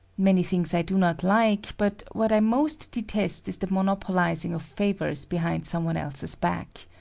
many things i do not like, but what i most detest is the monopolizing of favors behind some one else's back.